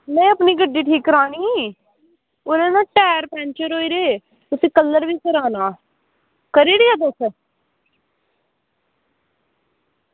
में अपनी गड्डी ठीक करानी ही ओह्दे ना टायर पंचर होई गेदे ते उसगी कलर बी कराना करी ओड़गे तुस